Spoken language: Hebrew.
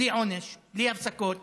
בלי עונש, בלי הפסקות